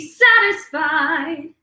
satisfied